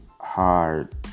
hard